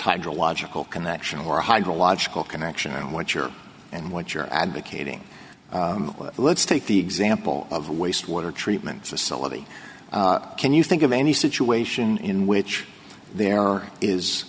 hydrological connection or hydrological connection and what you're and what you're advocating let's take the example of waste water treatment facility can you think of any situation in which there is